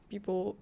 People